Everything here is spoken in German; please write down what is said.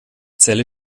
zelle